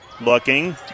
looking